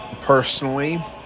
personally